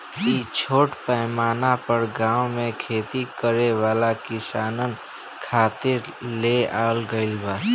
इ छोट पैमाना पर गाँव में खेती करे वाला किसानन खातिर ले आवल गईल बा